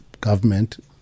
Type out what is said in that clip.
Government